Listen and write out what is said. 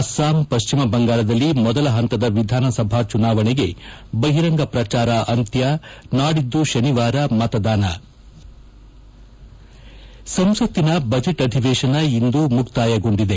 ಅಸ್ಲಾಂ ಪಶ್ಚಿಮ ಬಂಗಾಳದಲ್ಲಿ ಮೊದಲ ಹಂತದ ವಿಧಾನಸಭಾ ಚುನಾವಣೆಗೆ ಬಹಿರಂಗ ಪ್ರಚಾರ ಅಂತ್ಯ ನಾಡಿದ್ದು ಶನಿವಾರ ಮತದಾನ ಸಂಸತ್ತಿನ ಬಜೆಟ್ ಅಧಿವೇಶನ ಇಂದು ಮುಕ್ತಾಯಗೊಂಡಿದೆ